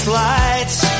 lights